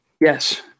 Yes